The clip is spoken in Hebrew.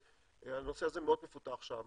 שהנושא הזה מאוד מפותח שם.